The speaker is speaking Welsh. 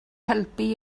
helpu